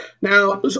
Now